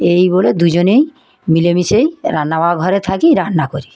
এই বলে দুজনেই মিলেমিশেই রান্না বা ঘরে থাকি রান্না করি